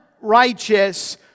righteous